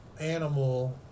animal